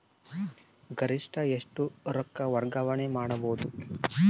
ಗರಿಷ್ಠ ಎಷ್ಟು ರೊಕ್ಕ ವರ್ಗಾವಣೆ ಮಾಡಬಹುದು?